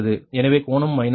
எனவே கோணம் மைனஸ் 2